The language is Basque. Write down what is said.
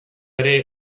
ere